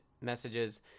messages